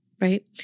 right